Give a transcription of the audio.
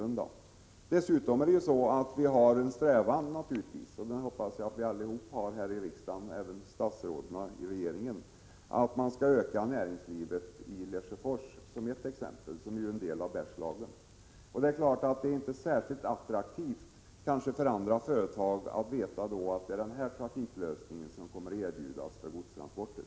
Vi har dessutom en strävan, som jag hoppas att alla här i riksdagen och i regeringen delar, att främja näringslivet i Lesjöfors, som ju är en del av Bergslagen. Det är inte särskilt attraktivt för andra företag om de får veta att det här är den lösning som kommer att erbjudas vad gäller deras behov av godstransporter.